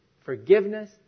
forgiveness